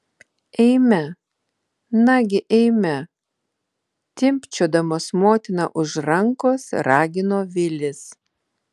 eime nagi eime timpčiodamas motiną už rankos ragino vilis